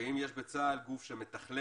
האם יש בצה"ל גוף שמתכלל